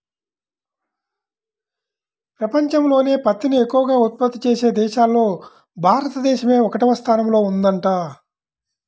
పెపంచంలోనే పత్తిని ఎక్కవగా ఉత్పత్తి చేసే దేశాల్లో భారతదేశమే ఒకటవ స్థానంలో ఉందంట